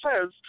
says